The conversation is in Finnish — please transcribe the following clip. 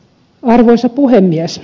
arvoisa puhemies